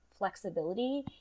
flexibility